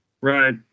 right